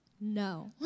No